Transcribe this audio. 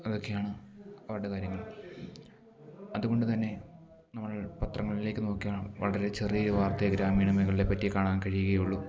അതൊക്കെയാണ് അവരുടെ കാര്യങ്ങൾ അതുകൊണ്ട് തന്നെ നമ്മൾ പത്രങ്ങളിലേക്ക് നോക്കിയാൽ വളരെ ചെറിയൊരു വാർത്തയേ ഗ്രാമീണ മേഖലകളെപ്പറ്റി കാണാൻ കഴിയുകയുള്ളൂ